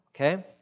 okay